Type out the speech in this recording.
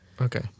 Okay